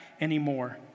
anymore